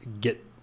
get